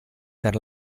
per